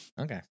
okay